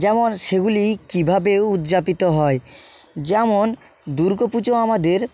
যেমন সেগুলি কীভাবে উদ্যাপিত হয় যেমন দুর্গা পুজো আমাদের